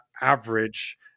average